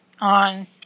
on